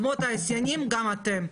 כמו התעשיינים גם אתם,